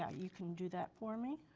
yeah you can do that for me.